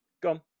Gone